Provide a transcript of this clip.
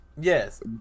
Yes